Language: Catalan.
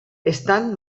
estan